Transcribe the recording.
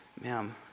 Ma'am